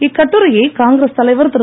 இக்கட்டுரையை காங்கிரஸ் தலைவர் திரு